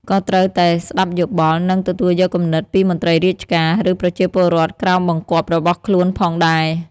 ក៏ត្រូវតែស្តាប់យោបល់ និងទទួលយកគំនិតពីមន្ត្រីរាជការ ឬប្រជាពលរដ្ឋក្រោមបង្គាប់របស់ខ្លួនផងដែរ។